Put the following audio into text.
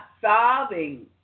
solving